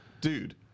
Dude